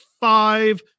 five